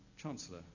chancellor